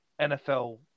NFL